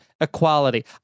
equality